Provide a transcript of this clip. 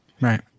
Right